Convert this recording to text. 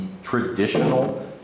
traditional